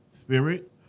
spirit